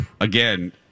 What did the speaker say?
Again